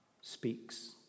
speaks